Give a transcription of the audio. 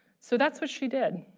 so that's what she did.